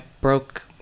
broke